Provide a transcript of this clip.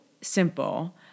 simple